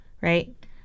Right